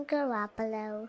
Garoppolo